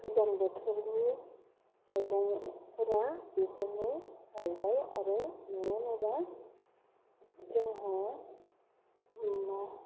गोजां बोथोरनि मैगंफ्रा बेजोंनो जाहैबाय आरो मानो होनोब्ला जोंहा